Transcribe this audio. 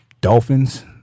dolphins